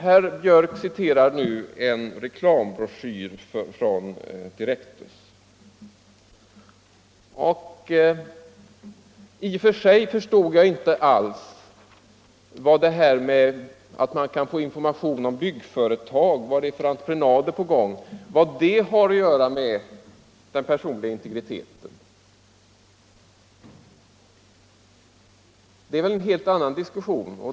Nu citerar herr Björck en reklambroschyr från Direktus. Jag förstod inte alls vad detta att man kan få information om byggföretag — vad det är för entreprenader på gång — har att göra med den personliga integriteten. Det är väl en helt annan diskussion.